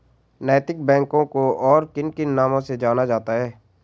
नैतिक बैंकों को और किन किन नामों से जाना जाता है?